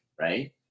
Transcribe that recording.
Right